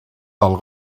del